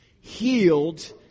healed